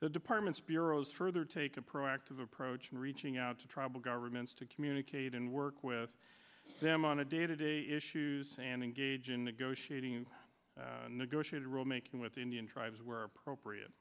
the department's bureau is further take a proactive approach in reaching out to tribal governments to communicate and work with them on a day to day issues and engage in negotiating and negotiate a rule making with the indian tribes where appropriate